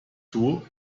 tue